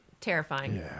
Terrifying